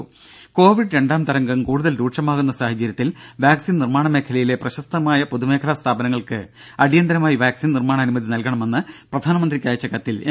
രമേ കോവിഡ് രണ്ടാം തരംഗം കൂടുതൽ രൂക്ഷമാകുന്ന സാഹചര്യത്തിൽ വാക്സിൻ നിർമ്മാണമേഖലയിലെ പ്രശസ്ഥമായ പൊതുമേഖലാ സ്ഥാപനങ്ങൾക്ക് അടിയന്തരമായി വാക്സിൻ നിർമ്മാണ അനുമതി നൽകണമെന്ന് പ്രധാനമന്ത്രിക്കയച്ച കത്തിൽ എം